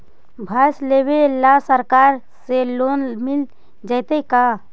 भैंस लेबे ल सरकार से लोन मिल जइतै का?